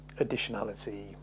additionality